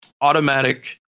automatic